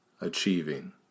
achieving